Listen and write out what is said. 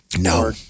No